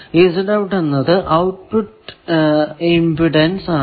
ഈ എന്നത് output impedance ആണ്